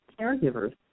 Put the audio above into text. caregivers